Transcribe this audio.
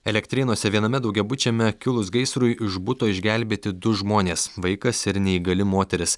elektrėnuose viename daugiabučiame kilus gaisrui iš buto išgelbėti du žmonės vaikas ir neįgali moteris